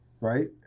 right